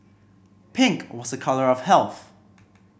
pink was a colour of health